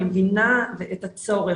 אני מבינה את הצורך,